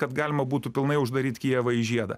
kad galima būtų pilnai uždaryt kijevą į žiedą